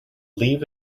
leave